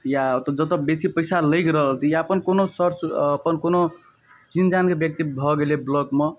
या जतऽ बेसी पइसा लगि रहल छै या अपन कोनो सर अपन कोनो चिन्ह जानके व्यक्ति भए गेलै ब्लॉकमे